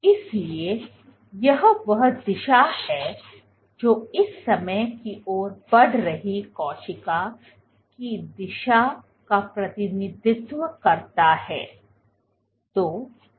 इसलिए यह वह दिशा है जो इस समय की ओर बढ़ रही कोशिका की दिशा का प्रतिनिधित्व करता है